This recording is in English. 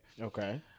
Okay